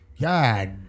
God